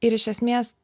ir iš esmės